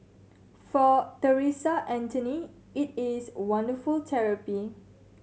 for Theresa Anthony it is wonderful therapy